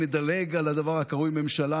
נדלג על הדבר הקרוי ממשלה,